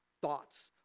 thoughts